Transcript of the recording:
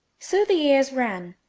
so the years ran.